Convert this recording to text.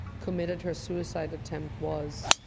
committed her suicide attempt was.